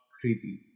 creepy